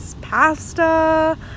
Pasta